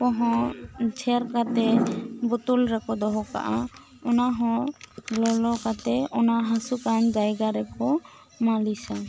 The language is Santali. ᱠᱚᱦᱚᱸ ᱪᱷᱮᱨ ᱠᱟᱛᱮᱫ ᱵᱚᱛᱚᱞ ᱨᱮᱠᱚ ᱫᱚᱦᱚ ᱠᱟᱜ ᱟ ᱚᱱᱟ ᱦᱚᱸ ᱞᱚᱞᱚ ᱠᱟᱛᱮᱫ ᱦᱟᱹᱥᱩ ᱠᱟᱱ ᱡᱟᱭᱜᱟ ᱨᱮᱠᱚ ᱢᱟᱹᱞᱤᱥᱟ